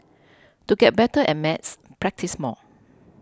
to get better at maths practise more